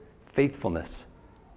faithfulness